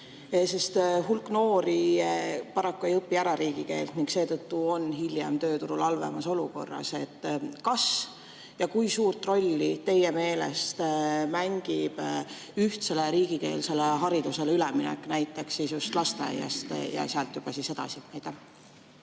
sest hulk noori paraku ei õpi ära riigikeelt ning seetõttu on hiljem tööturul halvemas olukorras. Kui suurt rolli teie meelest mängib ühtsele riigikeelsele haridusele üleminek näiteks just alates lasteaiast ja siis juba sealt edasi?